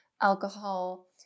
alcohol